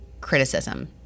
criticism